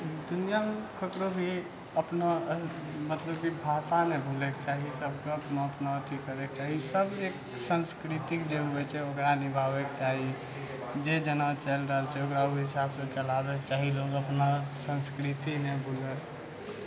दुनिआ ककरो भी अपना मतलब की भाषा नहि भूलैके चाही सबके अपना अपना अथी करैके चाही सब एक संस्कृतिक जे होइ छै ओकरा निभाबैके चाही जे जेना चलि रहल छै ओकरा ओहि हिसाबसँ चलाबैके चाही लोक अपना संस्कृति नहि भूलै